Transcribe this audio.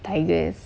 tigers